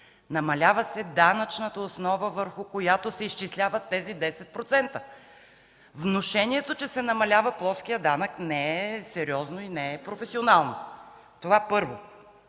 Намалява се данъчната основа, върху която се изчисляват тези 10%! Внушението, че се намалява плоският данък, не е сериозно и не е професионално. Това – първо.